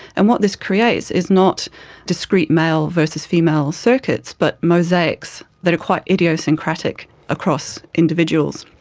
and what this creates is not discreet male versus female circuits but mosaics that are quite idiosyncratic across individuals.